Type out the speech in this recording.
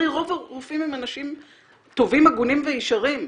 הרי רוב הרופאים הם אנשים טובים, הגונים וישרים,